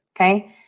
Okay